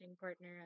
partner